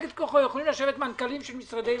יכולים לשבת מנכ"לים של משרדי ממשלה,